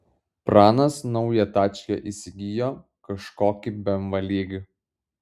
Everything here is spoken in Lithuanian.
pranas naują tačkę įsigijo kažkokį bemvą lyg